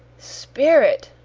spirit!